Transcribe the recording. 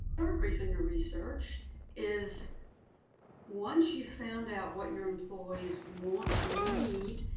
third reason to research is once you've found out what your employees want or need,